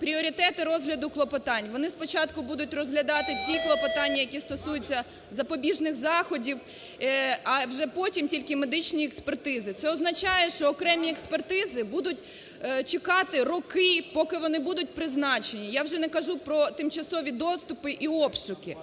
пріоритети розгляду клопотань. Вони спочатку будуть розглядати ці клопотання, які стосуються запобіжних заходів, а вже потім тільки медичні експертизи. Це означає, що окремі експертизи будуть чекати роки поки вони будуть призначені, я вже не кажу про тимчасові доступи і обшуки.